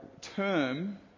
term